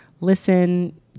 listen